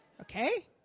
Okay